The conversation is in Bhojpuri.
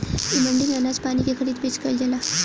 इ मंडी में अनाज पानी के खरीद बेच कईल जाला